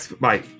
Bye